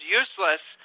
useless